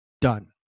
Done